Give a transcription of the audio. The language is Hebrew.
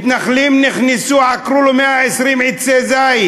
מתנחלים נכנסו, עקרו לו 120 עצי זית.